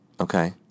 Okay